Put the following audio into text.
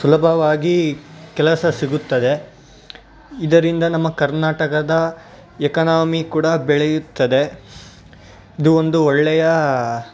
ಸುಲಭವಾಗಿ ಕೆಲಸ ಸಿಗುತ್ತದೆ ಇದರಿಂದ ನಮ್ಮ ಕರ್ನಾಟಕದ ಎಕನಾಮಿ ಕೂಡ ಬೆಳೆಯುತ್ತದೆ ಇದು ಒಂದು ಒಳ್ಳೆಯ